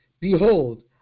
Behold